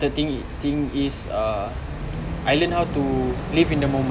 third thing thing is uh I learnt how to live in the moment